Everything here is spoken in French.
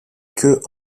queue